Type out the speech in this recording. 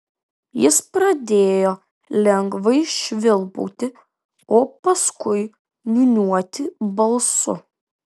jis pradėjo lengvai švilpauti o paskui niūniuoti balsu